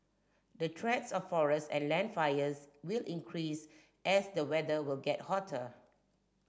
the threats of forest and land fires will increase as the weather will get hotter